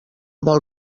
del